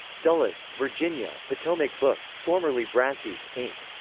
dulles, virginia potomac books formerly brassey's, inc.